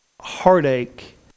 heartache